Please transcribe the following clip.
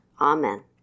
Amen